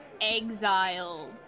exile